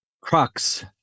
crux